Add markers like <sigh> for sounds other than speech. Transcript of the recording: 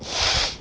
<breath>